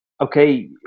okay